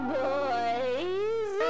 boys